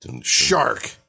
shark